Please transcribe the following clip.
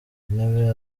intebe